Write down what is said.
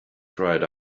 cried